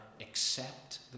accept